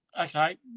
Okay